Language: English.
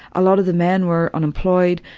a lot of the men were unemployed.